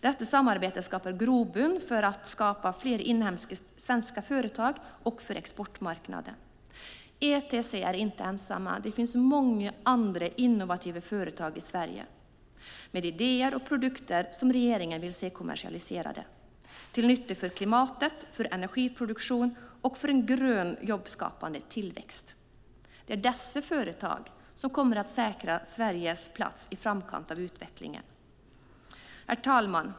Detta samarbete skapar grogrund för fler inhemska, svenska, företag och för exportmarknaden. ETC är inte ensamt; det finns många andra innovativa företag i Sverige med idéer och produkter som regeringen vill se kommersialiserade till nytta för klimatet, för energiproduktionen och för en grön jobbskapande tillväxt. Det är dessa företag som kommer att säkra Sveriges plats i framkant av utvecklingen. Herr talman!